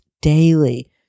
daily